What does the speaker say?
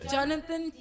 Jonathan